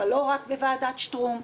אבל לא רק בוועדת שטרום.